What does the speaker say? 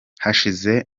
hashize